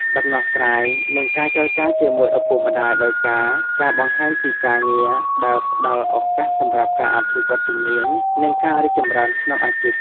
ដំណោះស្រាយ និងការចរចារជាមួយឪពុកម្ដាយដោយការការបង្ហាញពីការងារដែលផ្តល់ឱកាសសម្រាប់ការអភិវឌ្ឍន៍ជំនាញ និងការរីកចម្រើនក្នុងអាជីព។